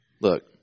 Look